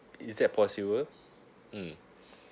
is that possible mmhmm